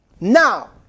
Now